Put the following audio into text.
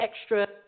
extra